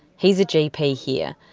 he's a gp here,